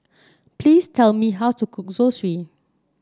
please tell me how to cook Zosui